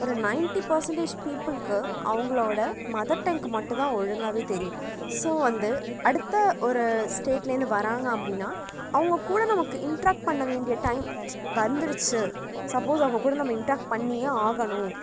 ஒரு ninety percentage பீப்புள்க்கு அவங்களோடய மதர்டேங் மட்டும் தான் ஒழுங்காக தெரியும் ஸோ வந்து அடுத்த ஒரு ஸ்டேட்லேருந்து வராங்க அப்படின்னா அவங்க கூட நமக்கு இன்ட்ராக் பண்ண வேண்டிய டைம் வந்துடுச்சி சப்போஸ் அவங்க கூட நம்ம இன்ட்ராக்ட் பண்ணியே ஆகணும்